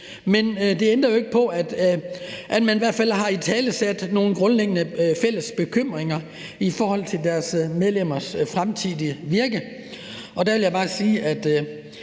Men det ændrer ikke på, at man i hvert fald har italesat nogle grundlæggende fælles bekymringer i forhold til deres medlemmers fremtidige virke. Der vil jeg bare sige, at